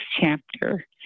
chapter